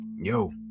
yo